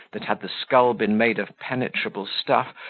that had the skull been made of penetrable stuff,